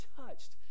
touched